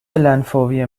لنفاوی